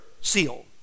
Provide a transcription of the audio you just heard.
seal